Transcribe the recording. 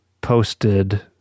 posted